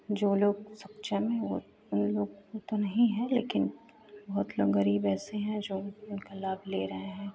जो लोग सक्षम हैं उन लोग को तो नहीं है लेकिन बहुत लोग गरीब ऐसे हैं जो उनका लाभ ले रहे हैं